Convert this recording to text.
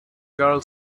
girl